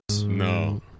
no